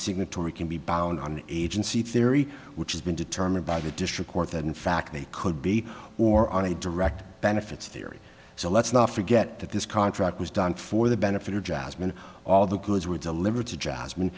signatory can be bound on agency theory which has been determined by the district court that in fact they could be or are a direct benefits theory so let's not forget that this contract was done for the benefit of jasmine all the goods were delivered to jasmine